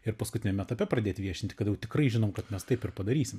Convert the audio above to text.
ir paskutiniam etape pradėt viešinti kada jau tikrai žinom kad mes taip ir padarysim